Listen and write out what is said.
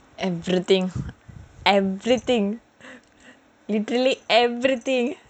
everything literally everything